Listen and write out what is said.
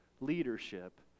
leadership